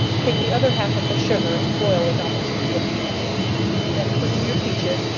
take the other half of the sugar, and boil it almost to a candy then put in your peaches,